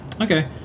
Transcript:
Okay